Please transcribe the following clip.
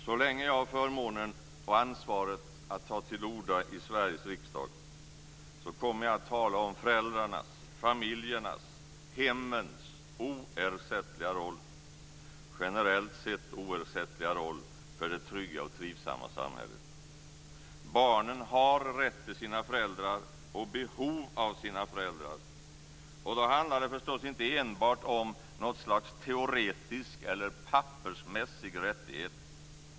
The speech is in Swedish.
Så länge jag har förmånen och ansvaret att ta till orda i Sveriges riksdag, kommer jag att tala om föräldrarnas, familjernas, hemmens generellt sett oersättliga roll för det trygga och trivsamma samhället. Barnen har rätt till sina föräldrar och behov av sina föräldrar. Då handlar det förstås inte enbart om något slags teoretisk eller pappersmässig rättighet.